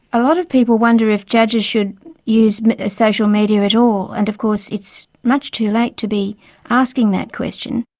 a lot of people wonder if judges should use social media at all, and of course it's much too late to be asking that question.